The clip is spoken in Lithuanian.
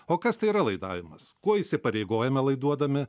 o kas tai yra laidavimas kuo įsipareigojame laiduodami